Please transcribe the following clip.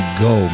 go